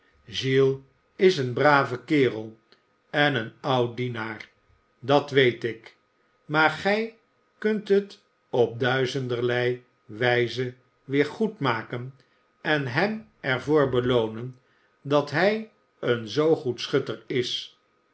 giles is een brave kerel en een oude dienaar dat weet ik maar gij kunt het op duizenderlei wijze weer goedmaken en hem er voor beloonen dat hij een zoo goed schutter is